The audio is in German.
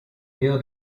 eher